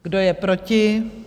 Kdo je proti?